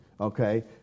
Okay